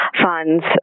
funds